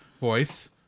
voice